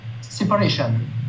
separation